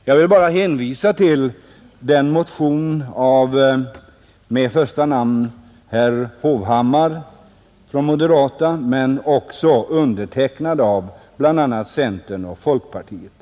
Jag vill bara hänvisa till motion nr 1478, som har herr Hovhammar från moderata samlingspartiet som första namn men som också är undertecknad av bl.a. centerpartiet och folkpartiet.